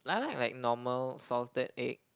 I like like normal salted egg